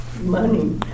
Money